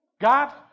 God